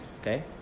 Okay